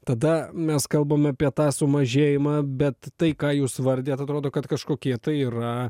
tada mes kalbam apie tą sumažėjimą bet tai ką jūs vardijat atrodo kad kažkokie tai yra